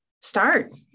start